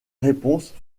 réponse